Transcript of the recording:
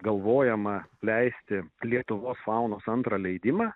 galvojama leisti lietuvos faunos antrą leidimą